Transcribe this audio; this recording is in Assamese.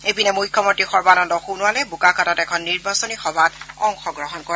ইপিনে মুখ্যমন্ত্ৰী সৰ্বানন্দ সোণোৱালে বোকাখাতত এখন নিৰ্বাচনী সভাত অংশগ্ৰহণ কৰে